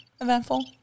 eventful